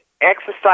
exercise